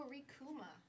Rikuma